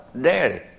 daddy